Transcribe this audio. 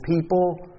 people